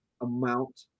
amount